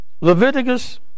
Leviticus